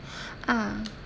ah